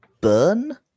burn